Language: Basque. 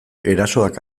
erasoak